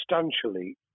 substantially